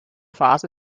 phase